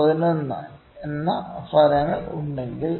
12 11 എന്ന ഫലങ്ങൾ ഉണ്ടെങ്കിൽ